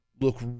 look